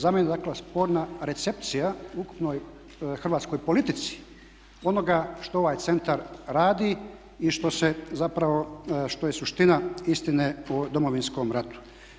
Za mene je dakle sporna recepcija o ukupnoj hrvatskoj politici onoga što ovaj centar radi i što se zapravo, što je suština istine o Domovinskom ratu.